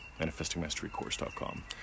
manifestingmasterycourse.com